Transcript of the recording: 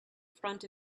front